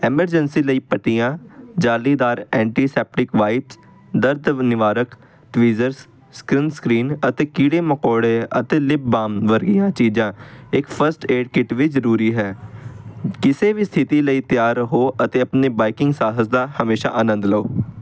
emergency ਲਈ ਪੱਟੀਆਂ ਜਾਲੀਦਾਰ ਐਂਟੀ ਸੈਪਟਿਕ ਵਾਈਪਸ ਦਰਦ ਨਿਵਾਰਕ ਟਵੀਜਰਸ ਸਨਸਕਰੀਨ ਅਤੇ ਕੀੜੇ ਮਕੌੜੇ ਅਤੇ ਲਿਪ ਬਾਮ ਵਰਗੀਆਂ ਚੀਜ਼ਾਂ ਇੱਕ ਫਸਟ ਏਡ ਕਿਟ ਵੀ ਜ਼ਰੂਰੀ ਹੈ ਕਿਸੇ ਵੀ ਸਥਿਤੀ ਲਈ ਤਿਆਰ ਰਹੋ ਅਤੇ ਆਪਣੇ ਬਾਈਕਿੰਗ ਸਾਹਸ ਦਾ ਹਮੇਸ਼ਾਂ ਆਨੰਦ ਲਓ